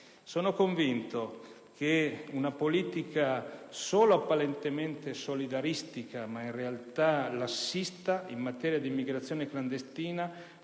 Sono convinto che una politica solo apparentemente solidaristica, ma in realtà lassista in materia di immigrazione clandestina